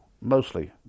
Mostly